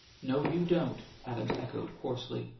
no, you don't, adams echoed, hoarsely.